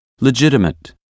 legitimate